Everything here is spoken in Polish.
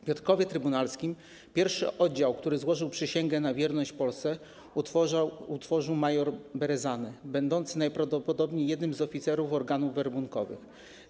W Piotrkowie Trybunalskim pierwszy oddział, który złożył przysięgę na wierność Polsce, utworzył mjr Brezany, będący najprawdopodobniej jednym z oficerów organów werbunkowych.